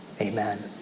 Amen